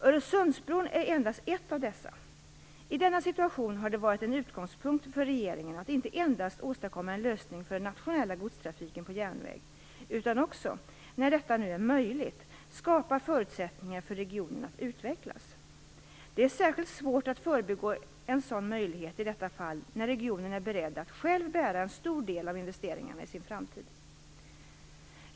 Öresundsbron är endast ett av dessa. I denna situation har det varit en utgångspunkt för regeringen att inte endast åstadkomma en lösning för den nationella godstrafiken på järnväg utan också, när detta nu är möjligt, att skapa förutsättningar för regionen att utvecklas. Det är särskilt svårt att förbigå en sådan möjlighet i detta fall, när regionen är beredd att själv bära en stor del av investeringarna i framtiden.